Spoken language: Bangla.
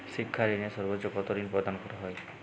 শিক্ষা ঋণে সর্বোচ্চ কতো ঋণ প্রদান করা হয়?